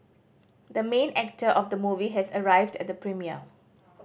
the main actor of the movie has arrived at the premiere